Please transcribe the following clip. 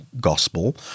gospel